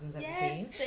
yes